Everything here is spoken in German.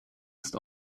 ist